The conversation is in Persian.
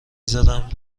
زدم